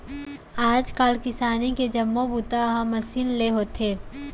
आज काल किसानी के जम्मो बूता ह मसीन ले होथे